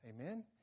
Amen